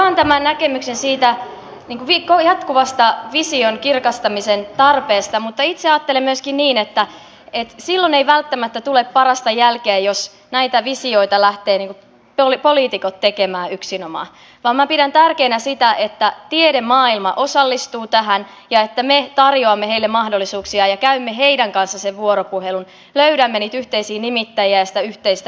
jaan tämän näkemyksen jatkuvasta vision kirkastamisen tarpeesta mutta itse ajattelen myöskin niin että silloin ei välttämättä tule parasta jälkeä jos näitä visioita lähtevät tekemään yksinomaan poliitikot vaan minä pidän tärkeänä sitä että tiedemaailma osallistuu tähän ja että me tarjoamme heille mahdollisuuksia ja käymme heidän kanssaan vuoropuhelun löydämme niitä yhteisiä nimittäjiä ja sitä yhteistä etenemissuuntaa